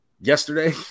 yesterday